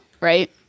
right